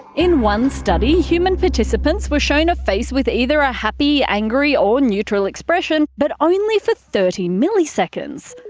in one study, human participants were shown a face with either a happy, angry or neutral expression. but only for thirty milliseconds.